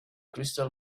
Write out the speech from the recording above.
crystal